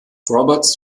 roberts